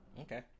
okay